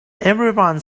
everyone